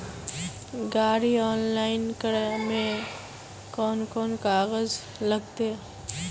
गाड़ी ऑनलाइन करे में कौन कौन कागज लगते?